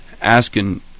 asking